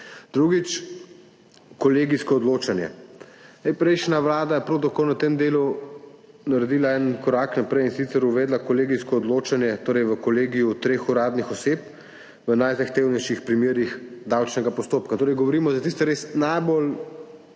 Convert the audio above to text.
Drugič, kolegijsko odločanje. Prejšnja vlada je na tem delu prav tako naredila en korak naprej, in sicer uvedla je kolegijsko odločanje, torej v kolegiju treh uradnih oseb v najzahtevnejših primerih davčnega postopka. Govorimo o tistih res najbolj